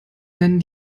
nennen